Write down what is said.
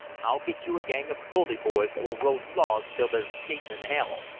i'll get you a gang of bully boys that will roll logs till there's skating in hell!